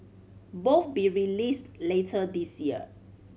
both be released later this year